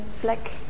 black